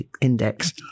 index